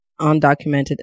undocumented